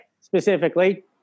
specifically